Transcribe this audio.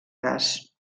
gas